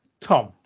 Tom